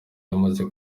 yamaze